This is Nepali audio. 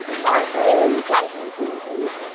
हजुर मल चाहिँ गाईको मात्रै हुन्छ कि